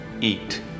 eat